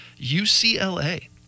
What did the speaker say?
UCLA